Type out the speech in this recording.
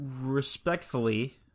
respectfully